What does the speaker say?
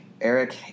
Eric